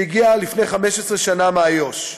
שהגיע לפני 15 שנה מאיו"ש,